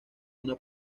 una